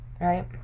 right